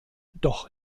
doch